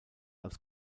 als